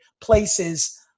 places